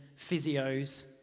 physios